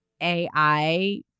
AI